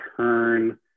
turn